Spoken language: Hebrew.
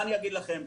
מה אני אגיד לכם?